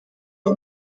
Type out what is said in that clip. iyi